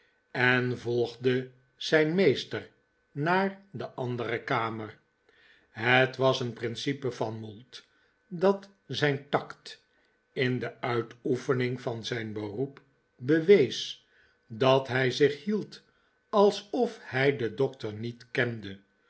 en volgde zijn meester naar de andere kamer het was een principe van mould dat zijn tact in de uitoefening van zijn beroep bewees dat hij zich hield alsof hij den dokter niet kende